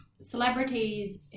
celebrities